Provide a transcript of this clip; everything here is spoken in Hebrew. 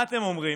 מה אתם אומרים?